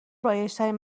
رایجترین